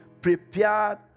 Prepared